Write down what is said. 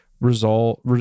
result